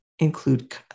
include